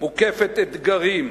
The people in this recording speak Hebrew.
מוקפת אתגרים,